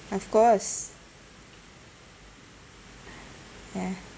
of course ya